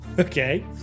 Okay